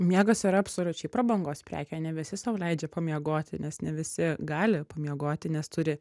miegas yra absoliučiai prabangos prekė ne visi sau leidžia pamiegoti nes ne visi gali pamiegoti nes turi